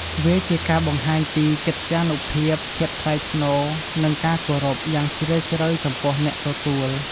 វាជាការបង្ហាញពី កិត្យានុភាព ភាពថ្លៃថ្នូរ និងការគោរព យ៉ាងជ្រាលជ្រៅចំពោះអ្នកទទួល។